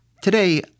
Today